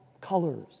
colors